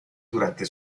durante